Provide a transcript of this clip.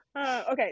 Okay